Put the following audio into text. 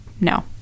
no